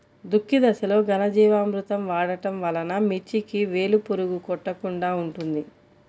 దుక్కి దశలో ఘనజీవామృతం వాడటం వలన మిర్చికి వేలు పురుగు కొట్టకుండా ఉంటుంది?